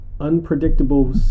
unpredictable